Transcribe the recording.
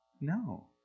No